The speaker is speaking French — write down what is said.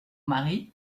mari